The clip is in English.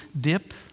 dip